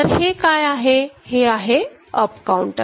तर हे काय आहे हे आहे अप काऊंटर